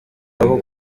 aho